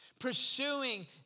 pursuing